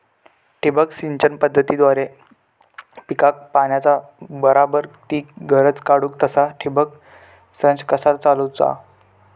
ठिबक सिंचन पद्धतीद्वारे पिकाक पाण्याचा बराबर ती गरज काडूक तसा ठिबक संच कसा चालवुचा?